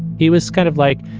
he was kind of like,